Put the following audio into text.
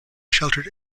sheltered